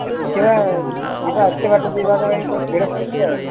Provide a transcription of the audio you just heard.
ଦେଖିବା ଯିବା ଏତେ ବାଟ ଯିବା ପାଇଁ ତ ଭିଡ଼ ପଡ଼ୁଛି ଆଉ